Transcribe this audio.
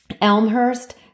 Elmhurst